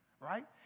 right